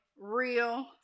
real